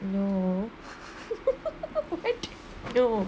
no no